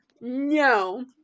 no